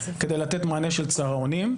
כדי לתת מענה של צהרונים.